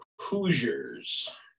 Hoosiers